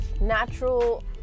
natural